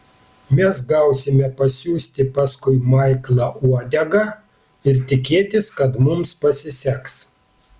mes gausime pasiųsti paskui maiklą uodegą ir tikėtis kad mums pasiseks